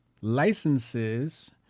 licenses